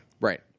Right